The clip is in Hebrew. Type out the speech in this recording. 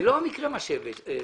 זה לא המקרה עליו דיברת.